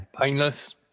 Painless